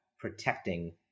protecting